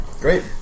great